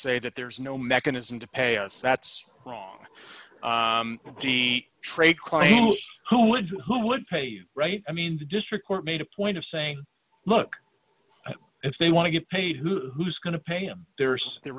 say that there's no mechanism to pay us that's wrong with the trade client who would who would pay you right i mean the district court made a point of saying look if they want to get paid who who's going to pay him there's the